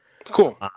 Cool